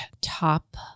top